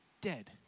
dead